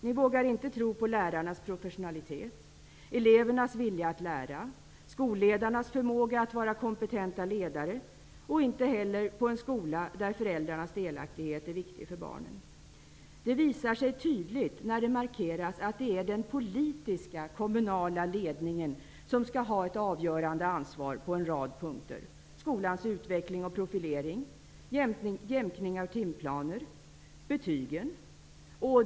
Ni vågar inte tro på lärarnas professionalitet, elevernas vilja att lära, skolledarnas förmåga att vara kompetenta ledare och inte heller på en skola där föräldrarnas delaktighet är viktig för barnen. Detta visar sig tydligt när det markeras att det är den politiska kommunala ledningen som på en rad punkter skall ha ett avgörande ansvar. Det gäller skolans utveckling och profilering, jämkning av timplaner och betygen.